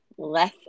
less